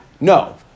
No